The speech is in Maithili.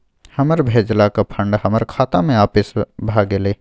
हमर भेजलका फंड हमरा खाता में आपिस भ गेलय